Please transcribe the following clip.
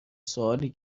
سوالی